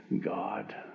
God